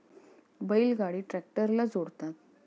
बैल गाडी ट्रॅक्टरला जोडतात